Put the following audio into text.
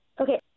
Okay